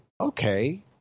okay